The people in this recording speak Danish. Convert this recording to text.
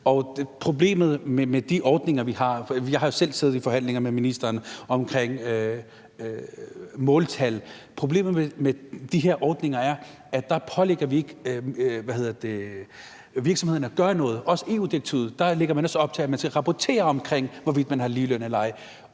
og at der ikke er ligeløn. Jeg har jo selv siddet i forhandlinger med ministeren omkring måltal, og problemet med de her ordninger er, at vi dér ikke pålægger virksomhederne at gøre noget, og i EU-direktivet lægges der også op til, at man skal rapportere omkring, hvorvidt man har ligeløn eller ej.